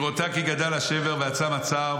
ובראותה כי גדל השבר ועצם הצער,